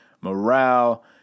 morale